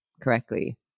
correctly